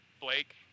Blake